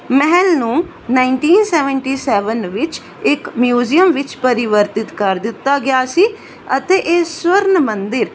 ਮਹਿਲ ਨੂੰ nineteen seventy seven ਵਿੱਚ ਇੱਕ ਮਿਊਜ਼ੀਅਮ ਵਿੱਚ ਪਰਿਵਰਤਿਤ ਕਰ ਦਿੱਤਾ ਗਿਆ ਸੀ ਅਤੇ ਇਹ ਸਵਰਨ ਮੰਦਿਰ